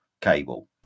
cable